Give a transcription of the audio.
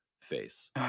face